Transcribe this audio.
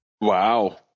Wow